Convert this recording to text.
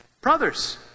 Brothers